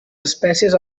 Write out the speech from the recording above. espècies